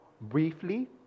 Briefly